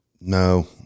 No